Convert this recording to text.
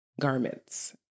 garments